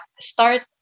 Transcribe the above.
start